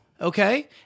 okay